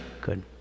Good